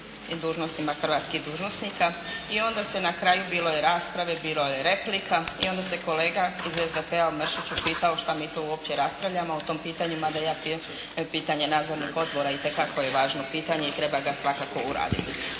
i dužnostima hrvatskih dužnosnika i onda na kraju bilo je rasprave, bilo je replika i onda se kolega iz SDP-a Mršić upitao šta mi to uopće raspravljamo o tim pitanjima, da je pitanje nadzornih odbora itekako je važno pitanje i treba ga svakako uraditi.